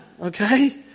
okay